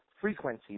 frequency